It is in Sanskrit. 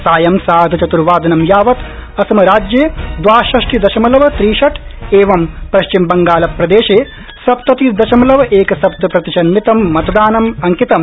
सायंसार्धचतुर्वादनंयावतुअसम राज्येदवाषष्टिदशमलवत्रि षट्एवंपश्चिमबंगालप्रदेशेसप्ततिदशमलवएक सप्तप्रतिशन्मितंमतदानमअंकितम्